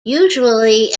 usually